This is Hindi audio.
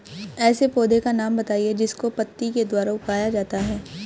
ऐसे पौधे का नाम बताइए जिसको पत्ती के द्वारा उगाया जाता है